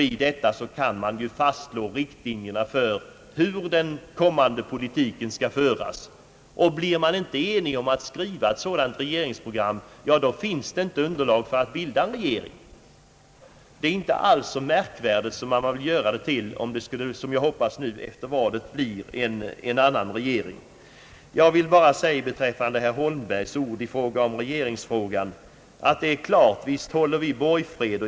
I detta kan man ju fastslå riktlinjerna för hur den kommande politiken skall föras. Blir man inte enig om att skriva ett sådant regeringsprogram finns det inte underlag för att bilda en regering. Det är inte alls så märkvärdigt som man vill göra det till, om det nu, som jag hoppas, efter valet blir en annan regering. Beträffande herr Holmbergs ord i regeringsfrågan vill jag bara säga att det är klart att vi håller borgfred.